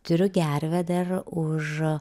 turiu gervę dar už